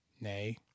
Nay